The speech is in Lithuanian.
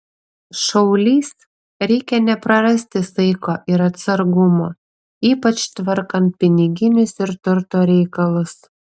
šaulys reikia neprarasti saiko ir atsargumo ypač tvarkant piniginius ir turto reikalus